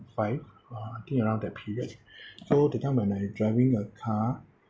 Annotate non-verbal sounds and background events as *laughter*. five uh I think around that period *breath* so that time when I driving a car